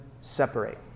separate